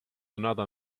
another